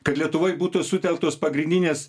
kad lietuvoj būtų sutelktos pagrindinės